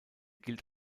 gilt